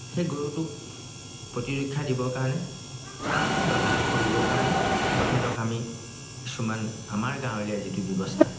সেই গৰুটোক প্ৰতিৰক্ষা দিবৰ কাৰণে বা ভাল কৰিবৰ কাৰণে তেখেতক আমি কিছুমান আমাৰ গাঁৱলীয়াৰ যিটো ব্যৱস্থা